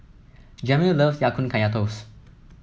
Jamil love Ya Kun Kaya Toast